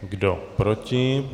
Kdo proti?